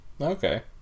Okay